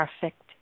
perfect